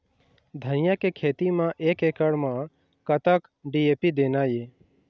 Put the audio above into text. धनिया के खेती म एक एकड़ म कतक डी.ए.पी देना ये?